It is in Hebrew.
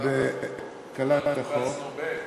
כלת החוק.